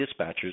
dispatchers